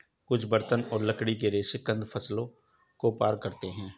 कुछ बर्तन और लकड़ी के रेशे कंद फसलों को पार करते है